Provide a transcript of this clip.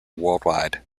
worldwide